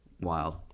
wild